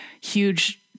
huge